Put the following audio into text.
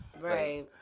Right